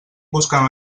buscant